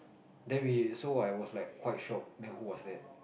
then we so I was like quite shock then who was that